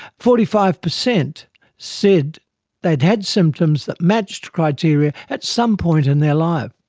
forty five percent said they'd had symptoms that matched criteria at some point in their life.